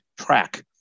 track